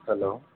hello